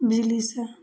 बिजली सऽ